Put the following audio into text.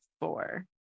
four